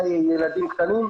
ילדים קטנים,